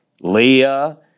Leah